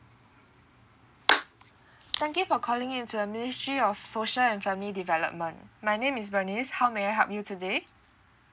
thank you for calling in to the ministry of social and family development my name is bernice how may I help you today